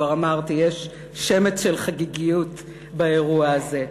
כבר אמרתי: יש שמץ של חגיגיות באירוע הזה,